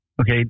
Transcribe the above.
okay